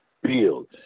build